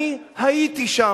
אני הייתי שם.